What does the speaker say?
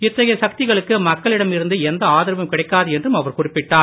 இத்தகைய சக்திகளுக்கு மக்களிடம் இருந்து எந்த ஆதரவும் கிடைக்காது என்றும் அவர் குறிப்பிட்டார்